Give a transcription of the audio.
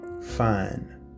fine